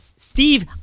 Steve